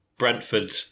Brentford